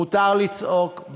מותר לצעוק,